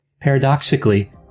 Paradoxically